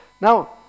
Now